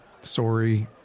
sorry